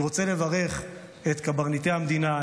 אני רוצה לברך את קברניטי המדינה,